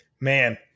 Man